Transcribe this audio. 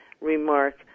remark